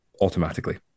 Automatically